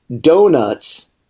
donuts